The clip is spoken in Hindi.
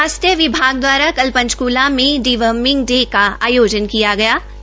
स्वास्थ्य विभाग दवारा कल पंचक़ला में डीवर्मिंग डे का आयोजन किया जायेगा